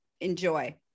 enjoy